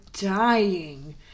dying